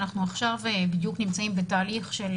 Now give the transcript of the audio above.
בדיוק עכשיו אנחנו נמצאים בתהליך של